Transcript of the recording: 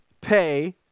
pay